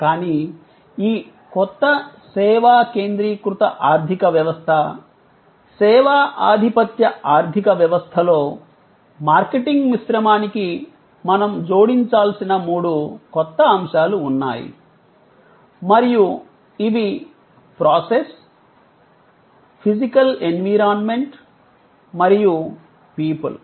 కానీ ఈ కొత్త సేవా కేంద్రీకృత ఆర్థిక వ్యవస్థ సేవా ఆధిపత్య ఆర్థిక వ్యవస్థలో మార్కెటింగ్ మిశ్రమానికి మనం జోడించాల్సిన మూడు కొత్త అంశాలు ఉన్నాయి మరియు ఇవి ప్రాసెస్ ప్రక్రియ ఫిజికల్ ఎన్విరాన్మెంట్ భౌతిక వాతావరణం మరియు పీపుల్ ప్రజలు